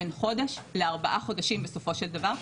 בין חודש לארבעה חודשים בסופו של דבר.